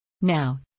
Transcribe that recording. Now